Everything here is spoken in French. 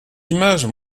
images